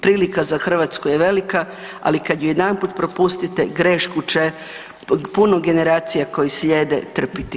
Prilika za Hrvatsku je velika, ali kad ju jedanput propustite grešku će puno generacija koji slijede trpiti.